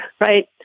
right